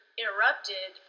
interrupted